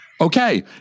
Okay